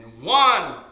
one